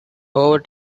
over